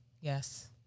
Yes